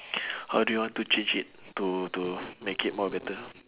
how do you want to change it to to make it more better